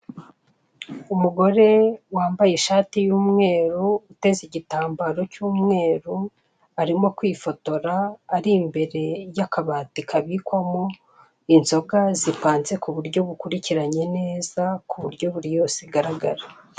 Umugore wambaye ishati y'umweru, uteze igitambaro cy'umweru, arimo kwifotora, ari imbere y'akabati kabikwamo inzoga zipanze ku buryo bukurikiranye neza, ku buryo buri yose igaragara.